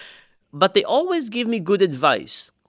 but they always give me good advice.